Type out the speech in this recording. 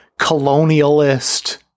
colonialist